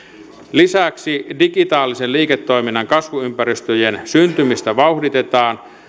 lisäksi digitaalisen liiketoiminnan kasvuympäristöjen syntymistä vauhditetaan